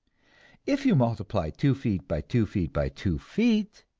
if you multiply two feet by two feet by two feet,